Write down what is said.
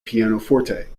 pianoforte